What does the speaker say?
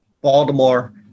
Baltimore